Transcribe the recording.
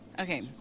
Okay